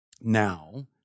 Now